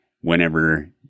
Whenever